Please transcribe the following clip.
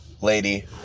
lady